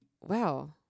Wow